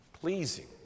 pleasing